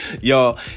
y'all